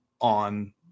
on